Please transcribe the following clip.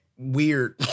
Weird